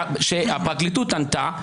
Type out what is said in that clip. הפרקליטות ענתה,